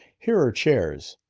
here are chairs.